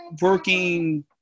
working